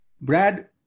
Brad